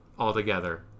Altogether